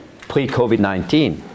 Pre-COVID-19